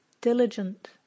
diligent